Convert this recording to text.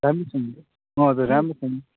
राम्रोसँग हजुर राम्रोसँग